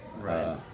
Right